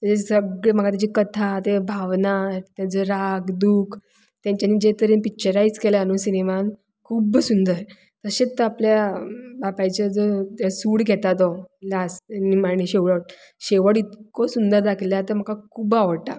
ताजे सगळें म्हाका ताजी कथा ते भावना ताजो राग दूख तांच्यानी जे तरेन पिक्चरायज केल्या न्हय सिनेमान खूब सुंदर तशेंत आपल्या बापायच्या जे तो सूड घेता तो लास्ट निमाणे शेवट शेवट इतको सुंदर दाखयला की ते म्हाका खूब आवडटा